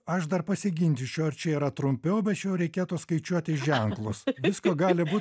aš dar pasiginčyčiau ar čia yra trumpiau bet čia jau reikėtų skaičiuoti ženklus visko gali būt